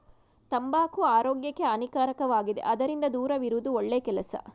ತಂಬಾಕು ಆರೋಗ್ಯಕ್ಕೆ ಹಾನಿಕಾರಕವಾಗಿದೆ ಅದರಿಂದ ದೂರವಿರುವುದು ಒಳ್ಳೆ ಕೆಲಸ